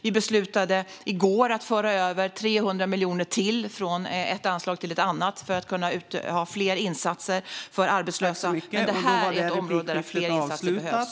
Vi beslutade i går att föra över 300 miljoner ytterligare från ett anslag till ett annat för att kunna ha fler insatser för arbetslösa. Det här är ett område där fler insatser behövs.